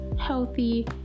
healthy